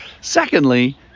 Secondly